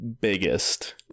biggest